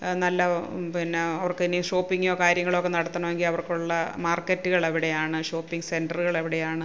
നല്ല പിന്നെ അവർക്ക് ഇനി ഷോപ്പിംഗോ കാര്യങ്ങളോ ഒക്കെ നടത്തണമെങ്കിൽ അവർക്കുള്ള മാർക്കറ്റുകള് എവിടെയാണ് ഷോപ്പിംഗ് സെൻ്ററുകള് എവിടെയാണ്